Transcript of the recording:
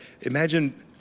imagine